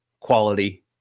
quality